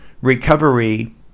recovery